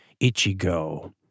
Ichigo